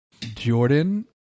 Jordan